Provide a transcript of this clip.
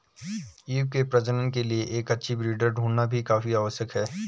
ewe के प्रजनन के लिए एक अच्छा ब्रीडर ढूंढ़ना भी काफी आवश्यक है